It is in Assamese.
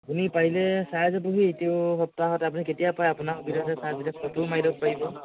আপুনি পাৰিলে চাই যাবহি এইটো সপ্তাহত আপুনি কেতিয়া পাৰে আপোনাৰ সুবিধা চাই মেলি ফটোও মাৰি ল'ব পাৰিব